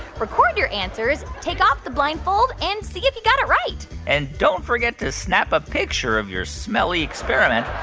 record your answers, take off the blindfold, and see if you got it right and don't forget to snap a picture of your smelly experiment.